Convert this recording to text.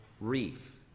reef